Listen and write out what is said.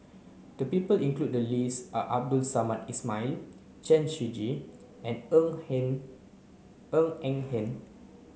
the people included in the list are Abdul Samad Ismail Chen Shiji and Ng Hen Ng Eng Hen